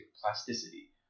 plasticity